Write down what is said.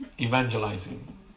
evangelizing